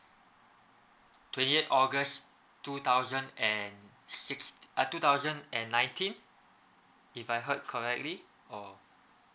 twenty eight august two thousand and six uh two thousand and nineteen if I heard correctly or